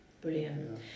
Brilliant